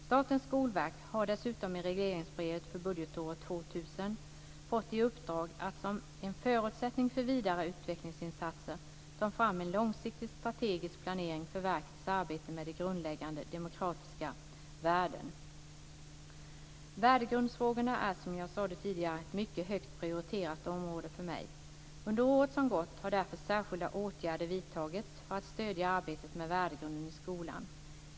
Statens skolverk har dessutom i regleringsbrevet för budgetåret 2000 fått i uppdrag att, som en förutsättning för vidare utvecklingsinsatser, ta fram en långsiktig, strategisk planering för verkets arbete med grundläggande demokratiska värden. Värdegrundsfrågorna är, som jag sade tidigare, ett mycket högt prioriterat område för mig. Under året som gått har därför särskilda åtgärder vidtagits för att stödja arbetet med värdegrunden i skolan.